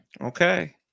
Okay